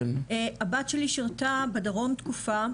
הבת שלי שרתה בדרום תקופה,